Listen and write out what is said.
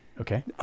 okay